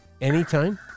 anytime